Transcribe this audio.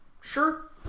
Sure